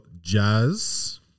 Jazz